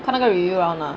看那个 review 了 mah